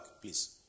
please